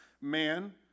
man